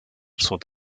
sont